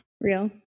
Real